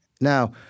Now